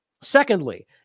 Secondly